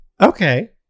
Okay